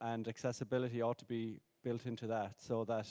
and accessibility ought to be built into that. so that